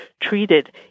treated